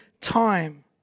time